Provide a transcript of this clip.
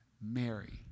Mary